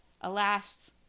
Alas